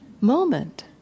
moment